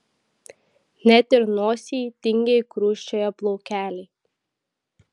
net ir nosyj tingiai krusčioja plaukeliai